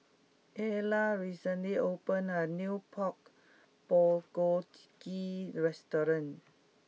Ayla recently opened a new Pork Bulgogi restaurant